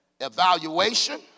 evaluation